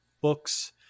books